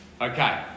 Okay